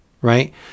Right